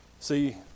See